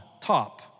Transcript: top